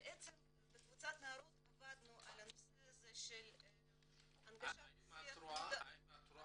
בקבוצת נערות עבדנו על הנושא של הנגשת השיח ומודעות